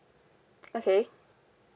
okay